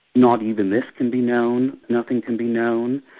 not even this can be known, nothing can be known.